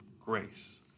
grace